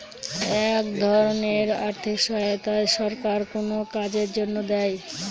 এক ধরনের আর্থিক সহায়তা সরকার কোনো কাজের জন্য দেয়